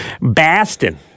Bastin